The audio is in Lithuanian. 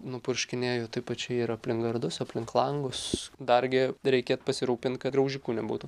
nupurškinėju taip pat čia ir aplink gardus aplink langus dargi reikėt pasirūpint kad graužikų nebūtų